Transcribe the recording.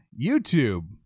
YouTube